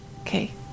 Okay